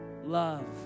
love